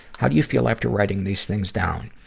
how do you feel after writing these things down?